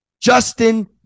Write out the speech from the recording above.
Justin